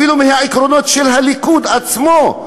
אפילו מהעקרונות של הליכוד עצמו?